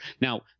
Now